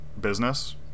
business